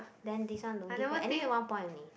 then this one don't give back anyway one point only